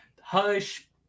Hush